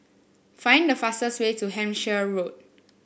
find the fastest way to Hampshire Road